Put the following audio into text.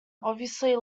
obviously